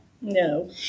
No